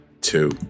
Two